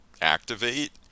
activate